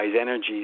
energy